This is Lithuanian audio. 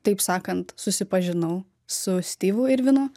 taip sakant susipažinau su styvu irvinu